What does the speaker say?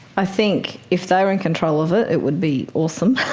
i think if they were in control of it, it would be awesome,